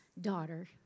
daughter